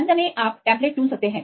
अंत में आप टेम्प्लेट चुन सकते हैं